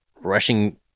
rushing